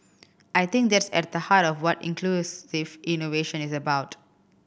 I think that's at the heart of what inclusive innovation is about